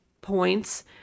points